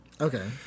Okay